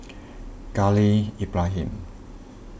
Khalil Ibrahim